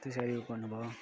त्यसरी उ गर्नुभयो